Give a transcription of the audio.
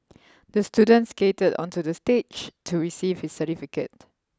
the student skated onto the stage to receive his certificate